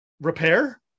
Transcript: repair